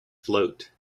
float